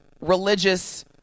religious